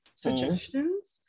suggestions